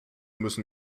müssen